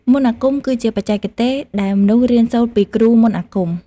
មន្តអាគមគឺជាបច្ចេកទេសដែលមនុស្សរៀនសូត្រពីគ្រូមន្តអាគម។